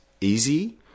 easy